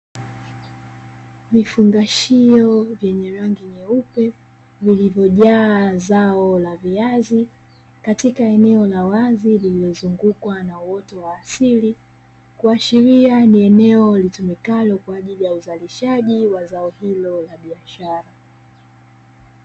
Vifungashio vyenye rangi nyeupe, vilivyojaa zao la viazi katika eneo la wazi lililozungukwa na uoto wa asili, kuashiria ni eneo litumikalo kwa ajili ya uzalishaji wa zao hilo la biashara.